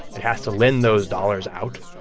it has to lend those dollars out.